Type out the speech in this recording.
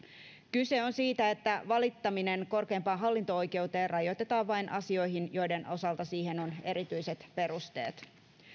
kyse on siitä että valittaminen korkeimpaan hallinto oikeuteen rajoitetaan vain asioihin joiden osalta siihen on erityiset perusteet